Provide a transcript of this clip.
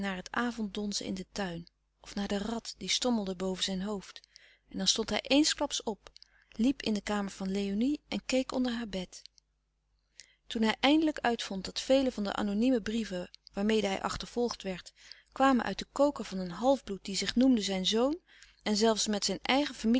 het avonddonzen in den tuin of naar de rat die stommelde boven zijn hoofd en dan stond hij eensklaps op liep in de kamer van léonie en keek onder haar bed toen hij eindelijk uitvond dat vele van de anonieme brieven waarmede hij achtervolgd werd kwamen uit den koker van een halfbloed die zich noemde zijn zoon en zelfs met zijn eigen